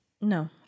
No